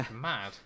mad